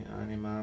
anima